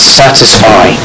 satisfy